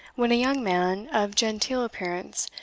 when a young man, of genteel appearance,